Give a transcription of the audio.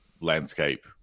landscape